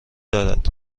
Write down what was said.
دارند